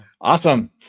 Awesome